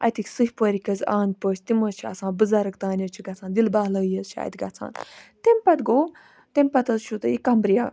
اَتیٚکۍ سٕہہ پورکۍ حظ آند پٲٹھۍ تِم حظ چھِ آسان بُزَرٕگ تام حظ چھِ گَژھان دِل بَہلٲیی حظ چھِ اَتہِ گَژھان تمہ پَتہٕ گو تمہِ پَتہٕ حظ چھو توٚہہِ یہِ قَمرِیا